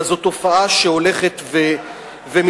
אלא זאת תופעה שהולכת ומתרחבת.